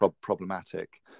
problematic